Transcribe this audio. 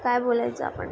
काय बोलायचं आपण